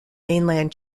mainland